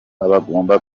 bagomba